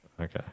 okay